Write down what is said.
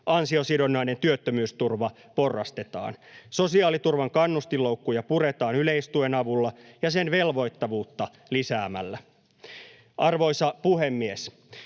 Ansiosidonnainen työttömyysturva porrastetaan. Sosiaaliturvan kannustinloukkuja puretaan yleistuen avulla ja sen velvoittavuutta lisäämällä. Arvoisa puhemies!